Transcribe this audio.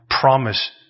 promise